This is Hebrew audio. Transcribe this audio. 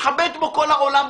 מתחבט בו כל העולם,